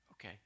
Okay